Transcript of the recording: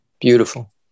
Beautiful